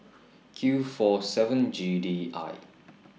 Q four seven G D I